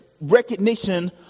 recognition